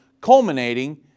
culminating